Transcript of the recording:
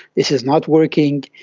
this is not working,